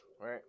right